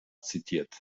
zitiert